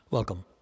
Welcome